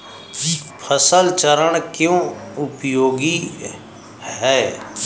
फसल चरण क्यों उपयोगी है?